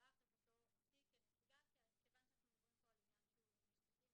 שלח אותי כנציגה כיוון שאנחנו מדברים כאן על עניין שהוא משפטי.